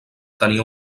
tenia